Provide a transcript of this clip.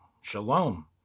Shalom